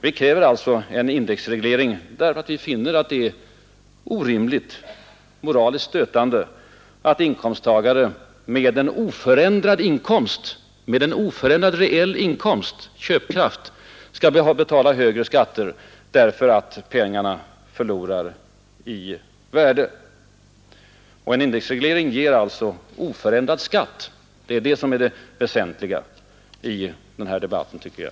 Vi kräver alltså en indexreglering, eftersom vi finner det orimligt och moraliskt stötande att inkomsttagare med oförändrad reell inkomst och köpkraft skall behöva betala högre skatt därför att pengarna förlorar i värde. En indexreglering ger oförändrad skatt — det är det väsentliga i den här debatten, tycker jag.